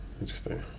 Interesting